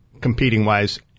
competing-wise